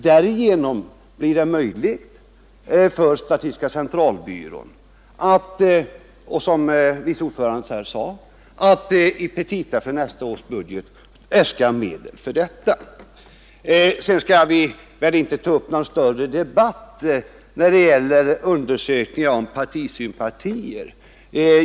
Därigenom blir det möjligt för statistiska centralbyrån att, som vice ordföranden här sade, i petita för nästa års budget äska medel för detta. Sedan skall vi väl inte ta upp någon större debatt beträffande undersökningar om partisympatier.